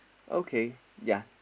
okay ya